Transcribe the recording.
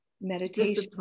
meditation